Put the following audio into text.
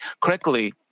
correctly